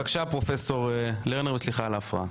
טוב, בבקשה פרופסור לרנר וסליחה על ההפרעה.